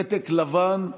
פתק לבן,